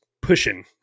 pushing